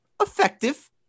effective